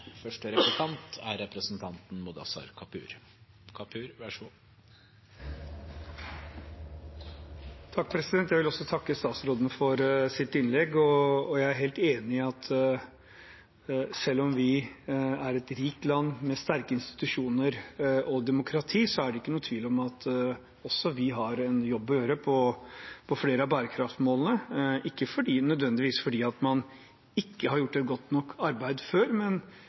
innlegg. Jeg er helt enig i at selv om vi er et rikt land med sterke institusjoner og demokrati, er det ingen tvil om at også vi har en jobb å gjøre på flere av bærekraftsmålene, ikke nødvendigvis fordi man ikke har gjort et godt nok arbeid før,